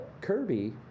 Kirby